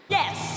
yes